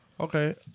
Okay